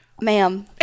ma'am